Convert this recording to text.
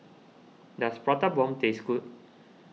does Prata Bomb taste good